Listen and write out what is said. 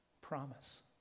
promise